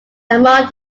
among